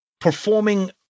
performing